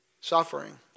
suffering